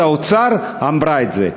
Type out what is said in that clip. האוצר שהייתה בישיבה הזאת אמרה את זה: